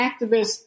activists